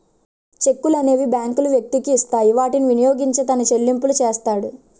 చెక్కులనేవి బ్యాంకులు వ్యక్తికి ఇస్తాయి వాటిని వినియోగించి తన చెల్లింపులు చేస్తాడు